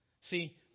See